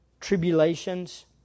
tribulations